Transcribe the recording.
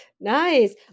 Nice